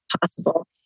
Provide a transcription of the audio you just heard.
possible